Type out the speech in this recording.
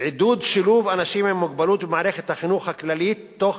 עידוד שילוב אנשים עם מוגבלות במערכת החינוך הכללית תוך